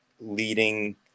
leading